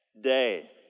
day